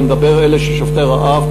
אני מדבר על אלה ששובתי רעב,